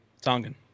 Tongan